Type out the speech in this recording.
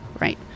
right